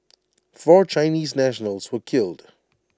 four Chinese nationals were killed